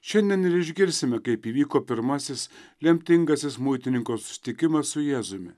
šiandien ir išgirsime kaip įvyko pirmasis lemtingasis muitininko susitikimas su jėzumi